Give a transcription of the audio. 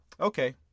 Okay